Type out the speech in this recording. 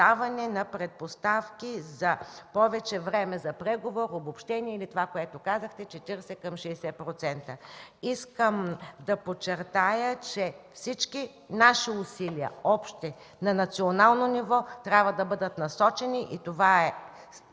на предпоставки за повече време за преговор, обобщение или това, което казахте – 40:60 процента. Искам да подчертая, че всички наши общи усилия на национално ниво трябва да бъдат насочени, и това е